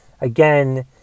again